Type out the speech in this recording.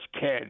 kid